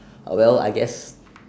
well I guess